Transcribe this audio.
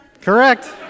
Correct